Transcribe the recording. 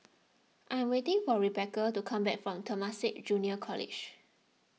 I am waiting for Rebeca to come back from Temasek Junior College